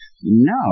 No